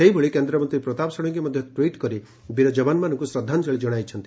ସେହିଭଳି କେନ୍ଦ୍ରମନ୍ତୀ ପ୍ରତାପ ଷଡ଼ଙ୍ଗୀ ମଧ୍ଘ ଟିଟ୍ କରି ବୀର ଯବାନମାନଙ୍କୁ ଶ୍ରଦ୍ଧାଞଳି ଜଶାଇଛନ୍ତି